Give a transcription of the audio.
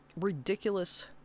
ridiculous